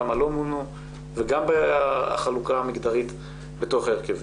כמה לא מונו וגם החלוקה המגדרית בתוך ההרכבים.